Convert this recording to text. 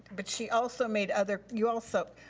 but she also made other, you also,